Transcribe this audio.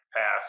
pass